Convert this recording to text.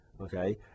okay